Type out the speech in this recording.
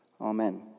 Amen